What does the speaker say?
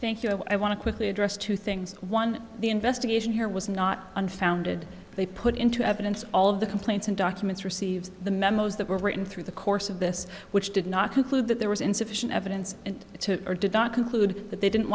thank you i want to quickly address two things one the investigation here was not unfounded they put into evidence all of the complaints and documents received the memos that were written through the course of this which did not conclude that there was insufficient evidence and or did not conclude that they didn't